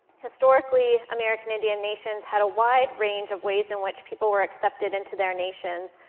historically, american indian nations had a wide range of ways in which people were accepted into their nations.